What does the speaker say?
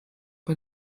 bei